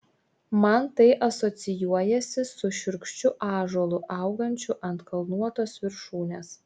man tai asocijuojasi su šiurkščiu ąžuolu augančiu ant kalnuotos viršūnės